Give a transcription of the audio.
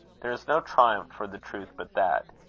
there is no triumph for the truth but that.